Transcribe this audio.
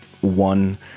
one